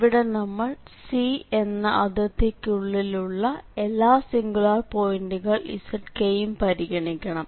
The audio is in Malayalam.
ഇവിടെ നമ്മൾ C എന്ന അതിർത്തിക്കുള്ളിലുള്ള എല്ലാ സിംഗുലാർ പോയിന്റുകൾ zk യും പരിഗണിക്കണം